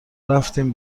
رفتیم